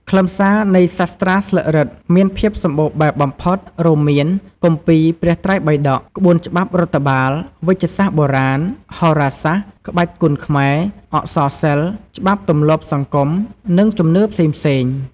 ខ្លឹមសារនៃសាស្រ្តាស្លឹករឹតមានភាពសម្បូរបែបបំផុត រួមមាន គម្ពីរព្រះត្រៃបិដក ក្បួនច្បាប់រដ្ឋបាល វេជ្ជសាស្ត្របុរាណ ហោរាសាស្ត្រ ក្បាច់គុនខ្មែរ អក្សរសិល្ប៍ ច្បាប់ទម្លាប់សង្គម និងជំនឿផ្សេងៗ។